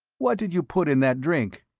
what did you put in that drink?